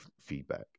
feedback